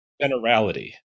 generality